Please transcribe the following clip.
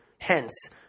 hence